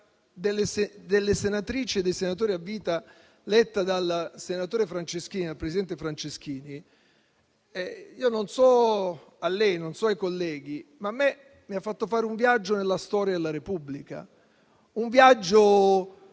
delle senatrici e dei senatori a vita letta dal presidente Franceschini, non so a lei, non so ai colleghi, ma a me ha fatto fare un viaggio nella storia della Repubblica: un viaggio